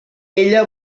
ella